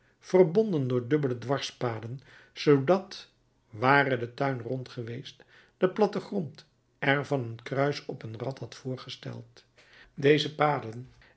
verbonden door dubbele dwarspaden zoodat ware de tuin rond geweest de plattegrond er van een kruis op een rad had voorgesteld deze paden